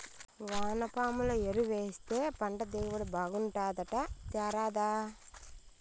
వానపాముల ఎరువేస్తే పంట దిగుబడి బాగుంటాదట తేరాదా